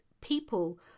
people